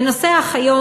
בנושא האחיות,